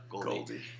Goldie